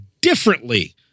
differently